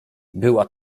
była